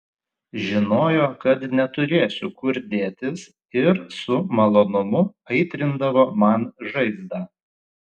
žinojo kad neturėsiu kur dėtis ir su malonumu aitrindavo man žaizdą